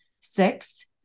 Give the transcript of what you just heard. Six